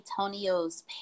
Antonio's